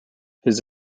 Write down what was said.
his